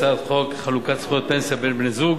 הצעת חוק חלוקת זכויות פנסיה בין בני-זוג,